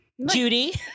Judy